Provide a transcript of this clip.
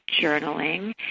journaling